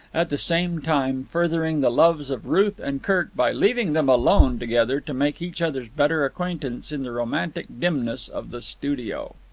at the same time, furthering the loves of ruth and kirk by leaving them alone together to make each other's better acquaintance in the romantic dimness of the studio.